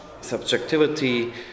subjectivity